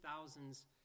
thousands